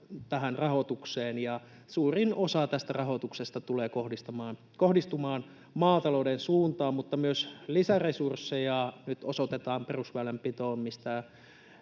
tähän rahoitukseen. Ja suurin osa tästä rahoituksesta tulee kohdistumaan maatalouden suuntaan, mutta myös lisäresursseja nyt osoitetaan perusväylänpitoon,